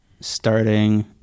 starting